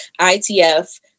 ITF